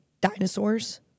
dinosaurs